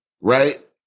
right